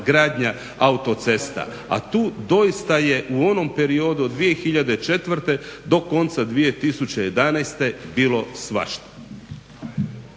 gradnja autocesta. A tu doista je u onom periodu od 2004. do konca 2011. bilo svašta.